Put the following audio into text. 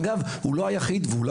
זאת נכונות,